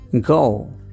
Go